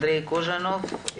אנדריי קוז'ינוב,